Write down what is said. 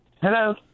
Hello